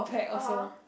(aha)